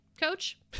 coach